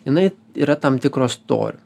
jinai yra tam tikro storio